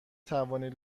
توانید